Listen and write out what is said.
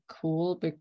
cool